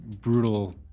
brutal